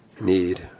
need